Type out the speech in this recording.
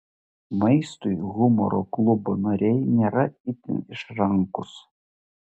maistui humoro klubo nariai nėra itin išrankūs